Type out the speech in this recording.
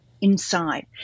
inside